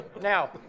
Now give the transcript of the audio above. now